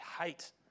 hate